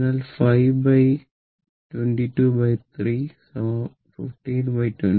അതിനാൽ 5223 1522 സെക്കൻഡ്